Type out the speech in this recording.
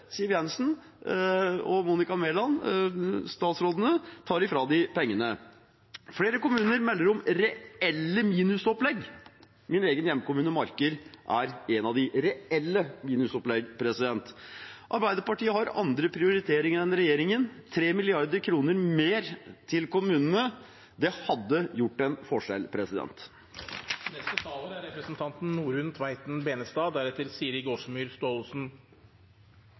Siv Jensen og Monica Mæland, statsrådene, tar fra dem pengene. Flere kommuner melder om reelle minusopplegg. Min egen hjemkommune, Marker, er en av dem. – Reelle minusopplegg. Arbeiderpartiet har andre prioriteringer enn regjeringen. 3 mrd. kr mer til kommunene hadde gjort en forskjell. Norges viktigste formue er